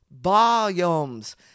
volumes